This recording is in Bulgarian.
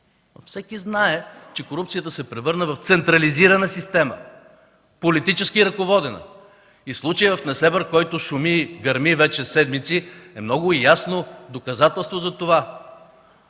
Всеки знае, че корупцията се превърна в централизирана система, политически ръководена. И случаят в Несебър, който шуми, гърми вече седмици, е много ясно доказателство за това,